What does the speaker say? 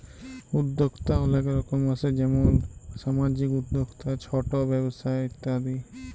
উদ্যক্তা অলেক রকম আসে যেমল সামাজিক উদ্যক্তা, ছট ব্যবসা ইত্যাদি